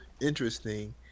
interesting